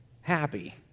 happy